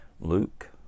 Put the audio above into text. Luke